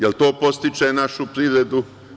Jel to podstiče našu privredu?